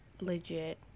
legit